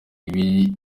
ibiri